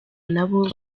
nabo